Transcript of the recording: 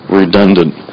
redundant